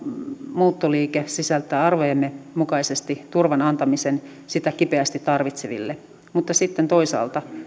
muuttoliike sisältää arvojemme mukaisesti turvan antamisen sitä kipeästi tarvitseville mutta sitten toisaalta